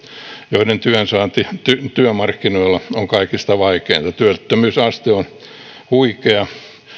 joiden työnsaanti työmarkkinoilla on kaikista vaikeinta työttömyysaste on huikea